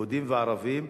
יהודים וערבים,